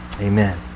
amen